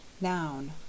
noun